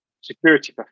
security